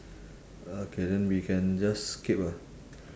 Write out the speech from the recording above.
okay then we can just skip lah